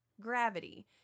gravity